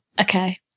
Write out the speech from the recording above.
okay